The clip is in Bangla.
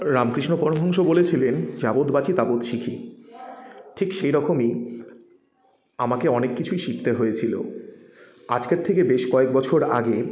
রামকৃষ্ণ পরমহংস বলেছিলেন যাবৎ বাচি তাবৎ শিখি ঠিক সেই রকমই আমাকে অনেক কিছুই শিখতে হয়েছিলো আজকের থেকে বেশ কয়েক বছর আগে